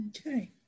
Okay